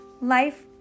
life